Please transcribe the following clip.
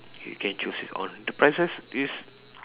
you can choose it's on the prices is